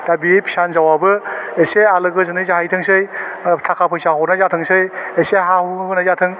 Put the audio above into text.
दा बे फिसा हिन्जावाबो एसे आलो गोजोनै जाहैथोंसै ओह थाका फैसा हरनाय जाथोंसै एसे हा हु होनाय जाथों